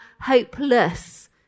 hopeless